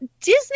Disney